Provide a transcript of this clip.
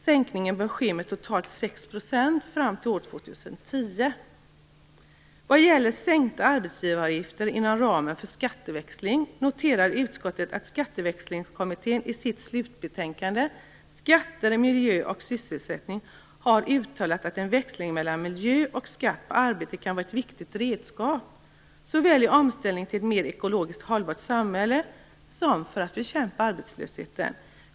Sänkningen bör ske med totalt Vad gäller sänkta arbetsgivaravgifter inom ramen för en skatteväxling noterar utskottet att Skatteväxlingskommittén i sitt slutbetänkande Skatter, miljö och sysselsättning har uttalat att en växling mellan miljö och energiskatter och skatt på arbete kan vara ett viktigt redskap såväl i omställningen till ett mer ekologiskt hållbart samhälle som för att bekämpa arbetslösheten.